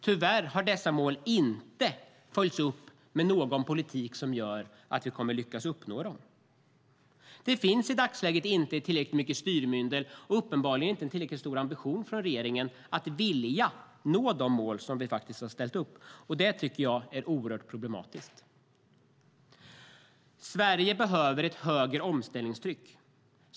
Tyvärr har dessa mål inte följts upp med någon politik som gör att vi kommer att lyckas uppnå dem. Det finns i dagsläget inte tillräckligt mycket styrmedel och uppenbarligen inte en tillräckligt stor ambition från regeringen när det gäller att vilja nå de mål som vi faktiskt har ställt upp. Det tycker jag är oerhört problematiskt. Sverige behöver ett högre omställningstryck.